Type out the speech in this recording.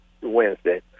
Wednesday